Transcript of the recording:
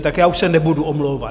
Tak já už se nebudu omlouvat.